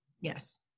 Yes